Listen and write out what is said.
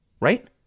Right